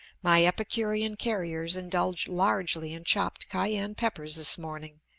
my epicurean carriers indulge largely in chopped cayenne peppers this morning,